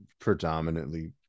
predominantly